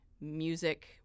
music